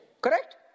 Correct